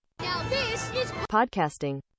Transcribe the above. podcasting